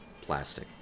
plastic